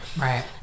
right